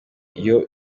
iyo